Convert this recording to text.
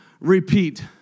repeat